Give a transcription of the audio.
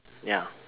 ya